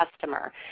customer